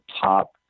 top